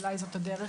אולי זו הדרך